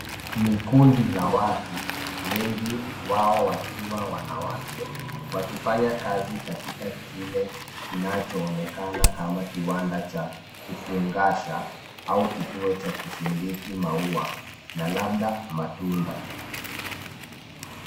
Ni kundi la watu, wengi wao wakiwa wanawake, wakifanya kazi katika kile kinachoonekana kama kiwanda cha kufungasha au kituo cha kusindiki maua na labda matunda.